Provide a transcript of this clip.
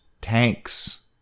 tanks